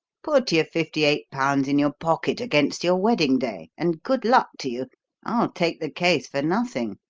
put your fifty-eight pounds in your pocket against your wedding-day, and good luck to you. i'll take the case for nothing.